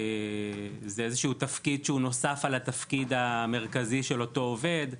זה איזשהו תפקיד שהוא נוסף על התפקיד המרכזי של אותו עובד.